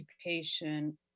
occupation